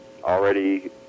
already